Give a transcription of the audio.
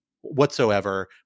whatsoever